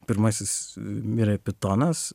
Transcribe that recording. pirmasis mirė pitonas